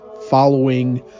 following